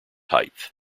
height